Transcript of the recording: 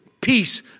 peace